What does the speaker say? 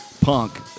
punk